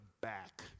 back